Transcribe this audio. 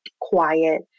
quiet